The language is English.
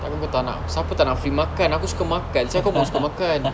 tapi aku tak nak siapa tak nak free makan aku suka makan siapa pun suka makan